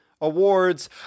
awards